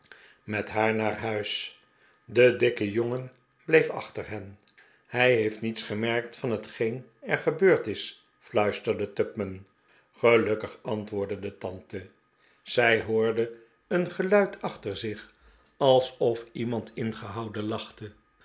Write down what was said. met haar naar huis de dikke jongen bleef achter hen hij heeft niets gemerkt van hetgeen er gebeurd is fluisterde tupman gelukkig antwoordde de tante zij hoorden een geluid achter zich alsof iemand ingehouden lachte